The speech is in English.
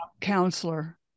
counselor